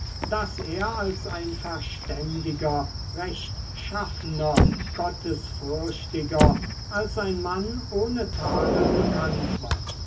daß er als ein verständiger rechtschaffener gottesfürchtiger als ein mann ohne tadel bekannt war